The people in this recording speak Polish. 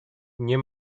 nie